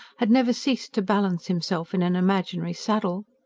had never ceased to balance himself in an imaginary saddle.